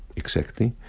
exactly,